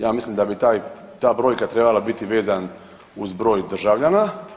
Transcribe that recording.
Ja mislim da bi taj, ta brojka trebala biti vezan uz broj državljana.